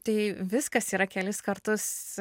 tai viskas yra kelis kartus